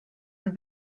had